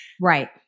Right